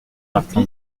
martin